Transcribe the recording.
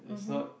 mmhmm